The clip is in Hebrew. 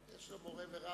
יש לו מורה ורב.